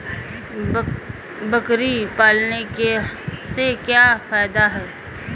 बकरी पालने से क्या फायदा है?